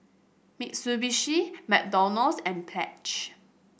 Mitsubishi McDonald's and Pledge